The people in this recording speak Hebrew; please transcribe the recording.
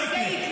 לא יקרה.